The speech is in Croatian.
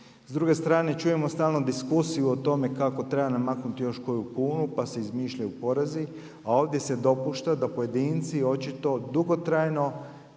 S druge strane čujemo stalno diskusiju o tome kako treba namaknuti još koju kunu, pa se izmišljaju porezi, a ovdje se dopušta da pojedinci očito dugotrajno